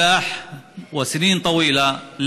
התמדה ורצון חזק לאורך שנים,